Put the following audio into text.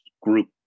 group